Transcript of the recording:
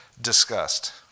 discussed